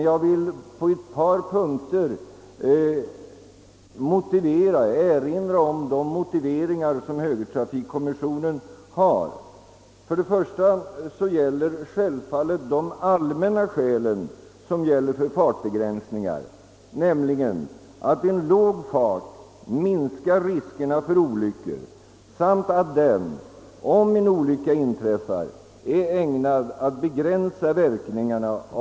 Jag vill dock på ett par punkter erinra om de motiveringar som högertrafikkommissionen har anfört. Självfallet gäller de allmänna skälen för fartbegränsningar, nämligen att en låg fart minskar riskerna för olyckor samt att den — om en olycka inträffar — är ägnad att hegränsa verkningarna.